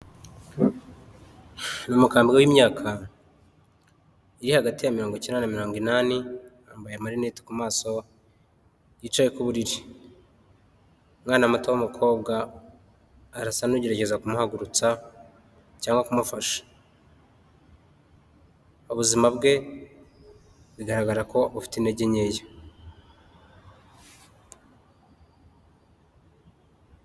Ni umukambwe w'imyaka iri hagati ya mirongo icyenda na mirongo inani yambaye amarineti ku maso yicaye ku buriri, umwana muto w'umukobwa arasa n'ugerageza kumuhagurutsa cyangwa kumufasha, ubuzima bwe bigaragara ko bufite intege nkeya.